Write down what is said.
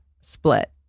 split